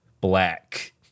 black